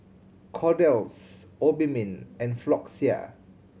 Kordel's Obimin and Floxia